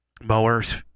mowers